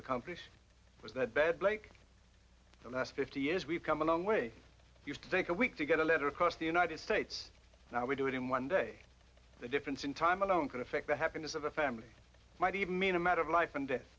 accomplish was that bad blake the last fifty years we've come a long way used to think a week to get a letter across the united states now we do it in one day the difference in time alone can affect the happiness of a family might even mean a matter of life and death